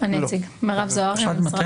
אני אציג, מייעוץ וחקיקה כלכלי במשרד